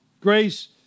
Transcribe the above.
Grace